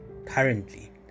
currently